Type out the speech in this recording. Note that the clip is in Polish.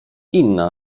inna